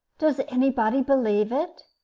does anybody believe it?